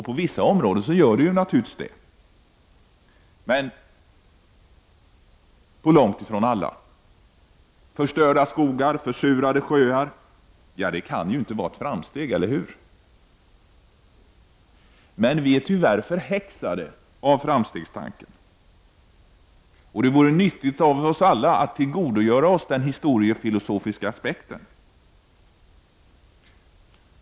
På vissa områden gör den naturligtvis det, men på långt ifrån alla. Förstörda skogar, försurade sjöar — det kan inte vara ett framsteg, eller hur? Vi är tyvärr förhäxade av framstegstanken. Det vore nyttigt för oss alla att tillgodogöra oss den historiefilosofiska aspekten.